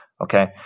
okay